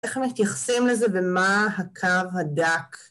איך מתייחסים לזה ומה הקו הדק?